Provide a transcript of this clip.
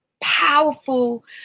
powerful